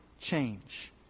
change